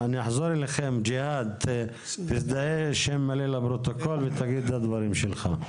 ג'יהאד, תזדהה לפרוטוקול ותגיד את הדברים שלך.